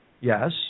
Yes